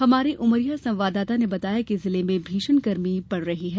हमारे उमरिया संवाददाता ने बताया है कि जिले में भीषण गर्मी पड़ रही है